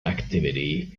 activity